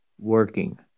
working